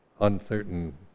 uncertain